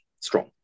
strong